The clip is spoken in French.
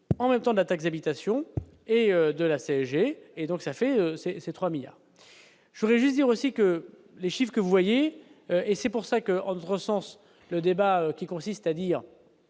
en même temps de la taxe d'habitation et de la CSG et donc ça fait c'est ces 3 milliards, je voulais juste dire aussi que les chiffres que vous voyez et c'est pour ça que entre Sens, le débat qui consiste à dire